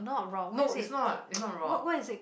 no it's not it's not rock